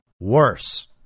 worse